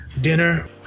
dinner